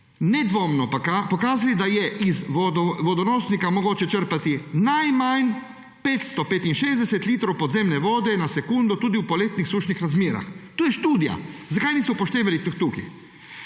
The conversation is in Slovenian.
nedvomno pokazali, da je iz vodonosnika mogoče črpati najmanj 565 litrov podzemne vode na sekundo tudi v poletnih sušnih razmerah.« To je študija. Zakaj nismo upoštevali teh tukaj?